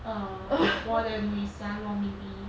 err 我的女侠罗明依